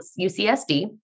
UCSD